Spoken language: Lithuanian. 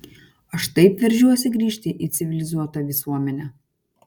aš taip veržiuosi grįžti į civilizuotą visuomenę